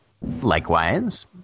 Likewise